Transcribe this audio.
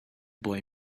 boy